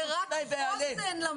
זה רק נותן חוסן למדינה.